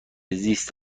زیست